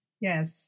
Yes